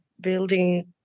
building